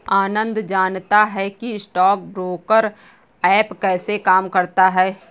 आनंद जानता है कि स्टॉक ब्रोकर ऐप कैसे काम करता है?